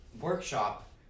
workshop